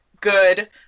good